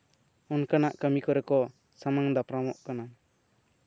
ᱚᱱᱠᱟᱱᱟᱜ ᱠᱟᱹᱢᱤ ᱨᱮᱠᱚ ᱥᱟᱢᱟᱝ ᱫᱟᱨᱟᱢᱚᱜ ᱠᱟᱱᱟ